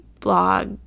blog